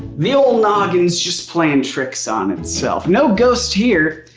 the old noggin is just playing tricks on itself no ghosts here,